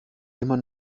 immer